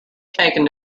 taken